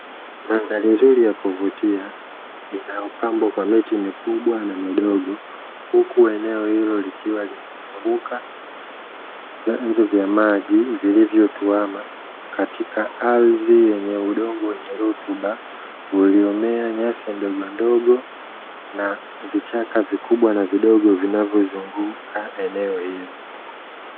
Mandhari nzuri ya kuvutia inayopambwa kwa miti mikubwa na midogo, huku eneo hilo likiwa limezunguka vyanzo vya maji vilivyotuwama katika ardhi yenye udongo wenye rutuba uliomea nyasi ndogondogo na vichaka vikubwa na vidogo vinavyozunguka eneo hilo.